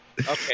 Okay